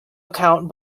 account